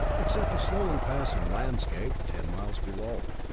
except a slowly passing landscape ten miles below.